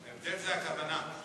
ההבדל זה הכוונה.